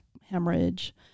hemorrhage